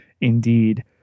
indeed